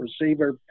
receiver